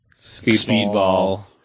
Speedball